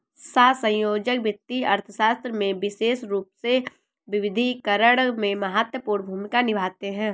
सहसंयोजक वित्तीय अर्थशास्त्र में विशेष रूप से विविधीकरण में महत्वपूर्ण भूमिका निभाते हैं